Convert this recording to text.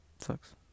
sucks